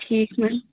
ٹھیٖک مَیٚم